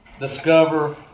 discover